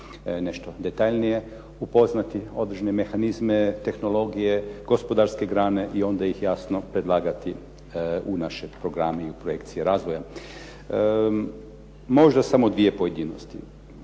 nešto detaljnije upoznati određene mehanizme, tehnologije, gospodarske grane i onda ih jasno predlagati u naše programe i u projekcije razvoja. Možda samo dvije pojedinosti.